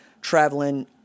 traveling